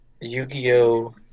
Yu-Gi-Oh